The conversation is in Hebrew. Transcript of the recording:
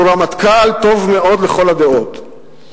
שהוא רמטכ"ל טוב מאוד לכל הדעות,